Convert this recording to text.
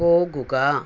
പോകുക